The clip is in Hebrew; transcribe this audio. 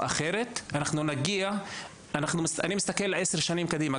אני מסתכל עשר שנים קדימה.